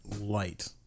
light